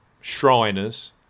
Shriners